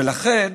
ולכן,